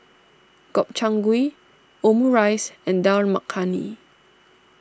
Gobchang Gui Omurice and Dal Makhani